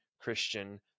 Christian